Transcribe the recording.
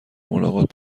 ملاقات